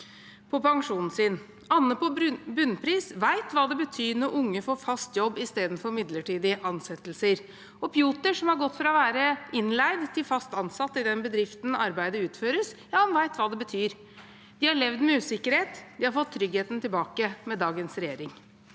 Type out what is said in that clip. på pensjonen sin. Anne på Bunnpris vet hva det betyr når unge får fast jobb istedenfor midlertidige ansettelser. Og Pjotr, som har gått fra å være innleid til fast ansatt i den bedriften arbeidet utføres, han vet hva det betyr. De har levd med usikkerhet, og de har fått tryggheten tilbake med dagens regjering.